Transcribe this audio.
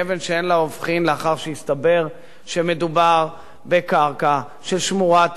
לאחר שהסתבר שמדובר בקרקע של שמורת טבע מוכרזת,